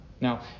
Now